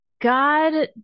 God